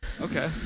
Okay